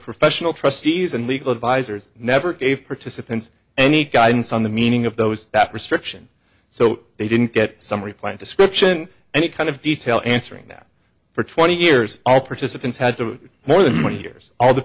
professional trustees and legal advisors never gave participants any guidance on the meaning of those that restriction so they didn't get some reply description any kind of detail answering that for twenty years all participants had to more than twenty years all the